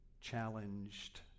challenged